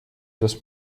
das